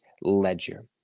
ledger